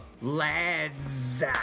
lads